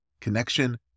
Connection